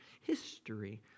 history